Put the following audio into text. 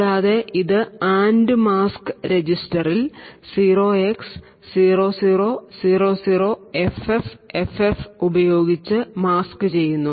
കൂടാതെ ഇത് AND mask രജിസ്റ്ററിൽ 0x0000FFFF ഉപയോഗിച്ച് മാസ്ക് ചെയ്യുന്നു